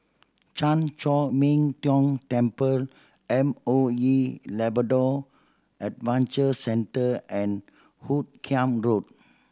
Chan Chor Min Tong Temple M O E Labrador Adventure Centre and Hoot Kiam Road